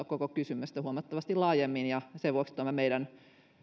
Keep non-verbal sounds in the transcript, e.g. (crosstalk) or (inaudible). (unintelligible) koko kysymystä kannattaakin katsoa huomattavasti laajemmin ja sen vuoksi tämä meidän